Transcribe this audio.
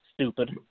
Stupid